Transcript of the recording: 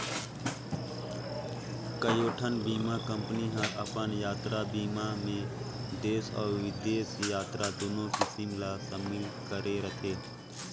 कयोठन बीमा कंपनी हर अपन यातरा बीमा मे देस अउ बिदेस यातरा दुनो किसम ला समिल करे रथे